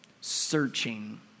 searching